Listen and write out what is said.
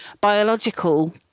biological